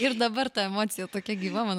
ir dabar ta emocija tokia gyva man